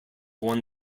won